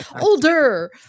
Older